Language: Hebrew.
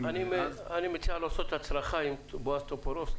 -- אני מציע לעשות הצרכה עם בועז טופורובסקי.